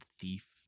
thief